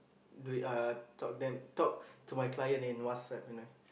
do it uh talk them talk to my client in WhatsApp you know